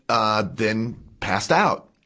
ah, then passed out.